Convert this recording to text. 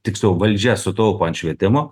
tiksliau valdžia sutaupo ant švietimo